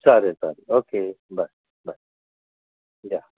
चालेल चालेल okay bye bye या